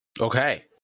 okay